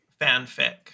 fanfic